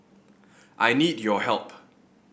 I need your help